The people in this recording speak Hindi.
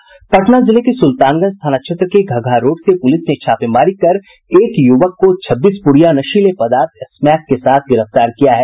पटना जिले के सुल्तानगंज थाना क्षेत्र से घघा रोड से पुलिस ने छापेमारी कर एक युवक को छब्बीस पुड़िया नशीले पदार्थ स्मैक के साथ गिरफ्तार किया है